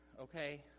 okay